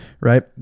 right